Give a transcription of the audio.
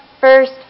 first